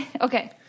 Okay